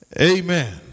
amen